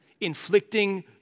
inflicting